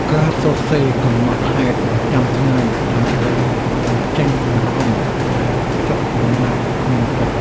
ការសរសេរកំណត់ហេតុប្រចាំថ្ងៃ ដើម្បីបញ្ចេញអារម្មណ៍ដែលចុកណែនក្នុងចិត្ត។